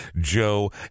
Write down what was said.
Joe